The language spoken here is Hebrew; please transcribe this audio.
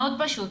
מאוד פשוט.